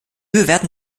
bewerten